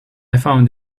found